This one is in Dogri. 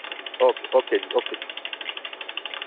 ओके ओके जी ओके जी